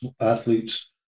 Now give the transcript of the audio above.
athletes